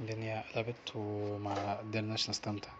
الدنيا قلبت ومقدرناش نستمتع